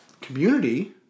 Community